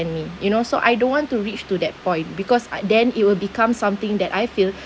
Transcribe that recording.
me you know so I don't want to reach to that point because I then it will become something that I feel